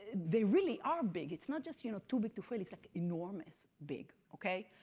they really are big, it's not just you know too big to fail, it's like enormous big, okay?